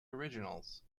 originals